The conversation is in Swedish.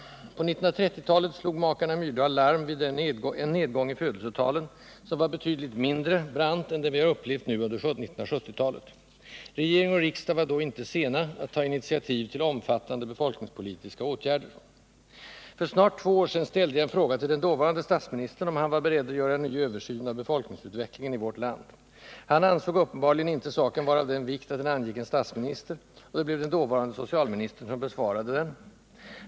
På 1930-talet slog makarna Myrdal larm vid en nedgång i födelsetalen, som var betydligt mindre brant än den vi har upplevt nu under 1970-talet. Regering och riksdag var då icke sena att ta initiativ till omfattande befolkningspolitiska åtgärder. För snart två år sedan ställde jag en fråga till den dåvarande statsministern, om han var beredd att göra en ny översyn av befolkningsutvecklingen i vårt land. Han ansåg uppenbarligen inte saken vara av den vikt att den angick en statsminister, och det blev den dåvarande socialministern som besvarade den.